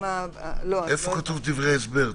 איפה כתובים דברי הסבר?